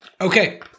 Okay